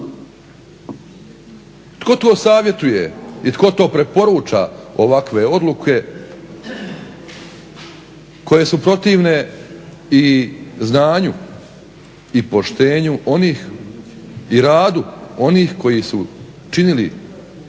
Tko to savjetuje i tko to preporuča ovakve odluke koje su protivne i znanju i poštenju onih, i radu onih koji su činili,